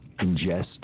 Ingest